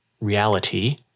reality